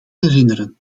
herinneren